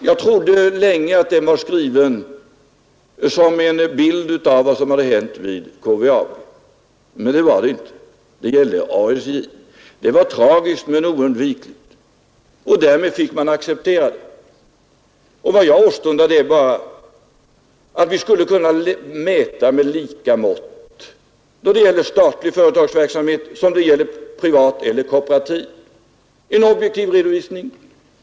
Jag trodde länge att den var skriven som en bild av vad som hade hänt vid KVAB, men det var det inte. Den gällde ASJ. Det var tragiskt men oundvikligt. Och därmed fick man acceptera det. Vad jag åstundar är bara att vi skall kunna mäta med lika mått då det gäller statlig, privat eller kooperativ verksamhet. Vi skall lämna en objektiv redovisning.